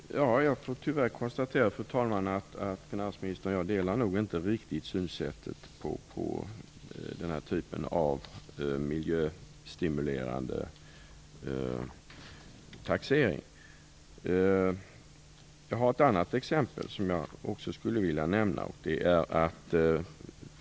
Fru talman! Jag får tyvärr konstatera att finansministern och jag inte riktigt delar synen på den här typen av taxering för att stimulera miljöinvesteringar. Jag har ett annat exempel.